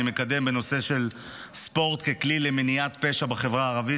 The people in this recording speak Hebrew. מקדם בנושא של ספורט ככלי למניעת פשע בחברה הערבית,